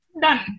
done